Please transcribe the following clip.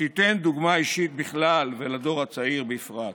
שתיתן דוגמה אישית בכלל ולדור הצעיר בפרט.